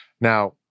Now